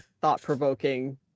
thought-provoking